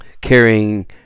carrying